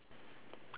lies